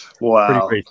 Wow